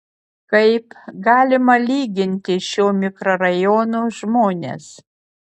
kaip galima lyginti šio mikrorajono žmones